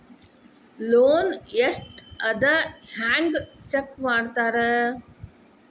loan ಎಷ್ಟ್ ಅದ ಹೆಂಗ್ ಚೆಕ್ ಮಾಡ್ತಾರಾ